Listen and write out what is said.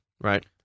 right